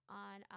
on